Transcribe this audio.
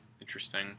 Interesting